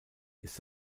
ist